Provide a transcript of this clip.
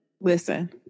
Listen